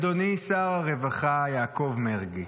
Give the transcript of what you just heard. אדוני שר הרווחה יעקב מרגי,